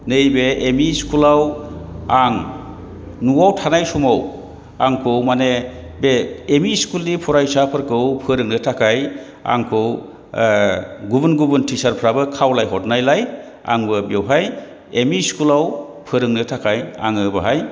नैबे एमइ स्कुलाव आं न'आव थानाय समाव आंखौ माने बे एमइ स्कुलनि फरायसाफोरखौ फोरोंनो थाखाय आंखौ गुबुन गुबुन टिसारफ्राबो खावलायहरनायलाय आंबो बेवहाय एमइ स्कुलाव फोरोंनो थाखाय आङो बेहाय